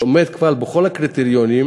שעומד כבר בכל הקריטריונים,